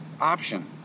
option